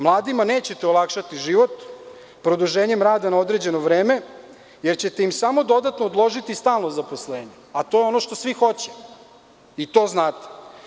Mladima nećete olakšati život produženjem rada na određeno vreme, jer ćete im samo dodatno odložiti stalno zaposlenje, a to je ono što svi hoće, i to znate.